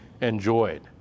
enjoyed